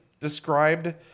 described